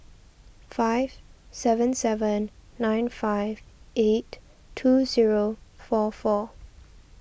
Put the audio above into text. five seven seven nine five eight two zero four four